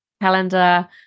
calendar